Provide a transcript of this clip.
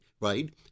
right